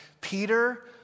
Peter